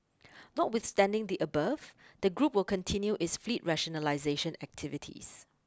notwithstanding the above the group will continue its fleet rationalisation activities